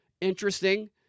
interesting